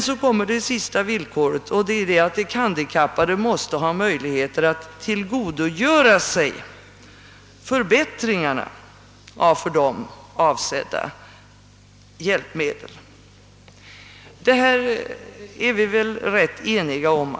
Så kommer det tredje och sista villkoret: de handikappade måste ha möjligheter att tillgodogöra sig förbättringarna av för dem avsedda hjälpmedel. Allt detta är vi väl ganska eniga om.